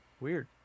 Weird